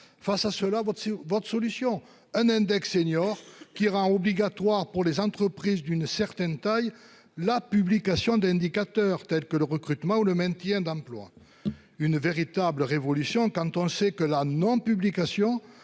face à cela, votre sur votre solution un index seniors qui rend obligatoire pour les entreprises d'une certaine taille. La publication d'indicateurs tels que le recrutement ou le maintien d'emplois. Une véritable révolution quand on sait que la non-publication